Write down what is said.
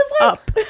up